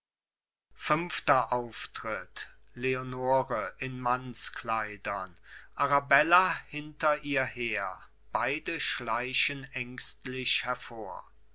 fünfter auftritt leonore in mannskleidern arabella hinter ihr her beide schleichen ängstlich hervor